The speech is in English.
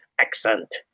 accent